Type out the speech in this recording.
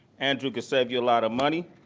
andrew can save you a lot of money.